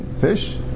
fish